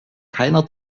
keiner